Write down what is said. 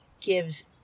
gives